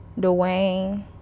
Dwayne